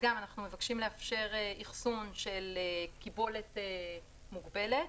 אנחנו מבקשים לאפשר אחסון של קיבולת מוגבלת